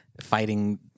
fighting